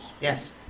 Yes